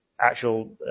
actual